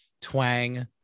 twang